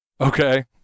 Okay